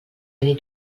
nit